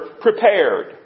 prepared